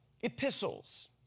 epistles